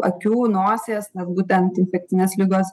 akių nosies nes būtent infekcinės ligos